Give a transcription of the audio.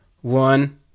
one